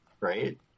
right